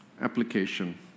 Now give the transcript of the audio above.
application